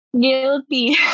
Guilty